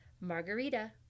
margarita